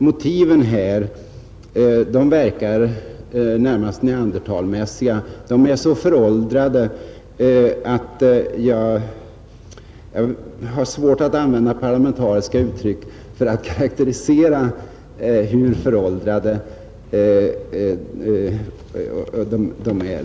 Motiven här verkar närmast neandertalmässiga, De är så föråldrade att jag har svårt att finna parlamentariska uttryck för att karakterisera hur föråldrade de är.